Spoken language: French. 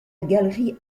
galerie